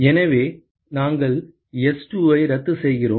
எனவே நாங்கள் S2 ஐ ரத்து செய்கிறோம்